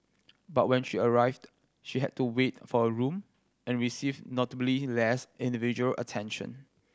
but when she arrived she had to wait for a room and received notably less individual attention